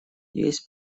есть